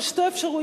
יש שתי אפשרויות: